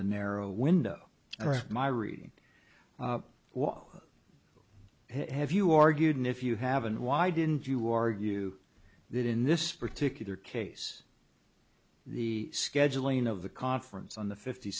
the narrow window and my reading what have you argued and if you haven't why didn't you argue that in this particular case the scheduling of the conference on the fifty